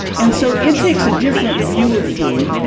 and so, it takes a different view of food.